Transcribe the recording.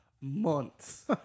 months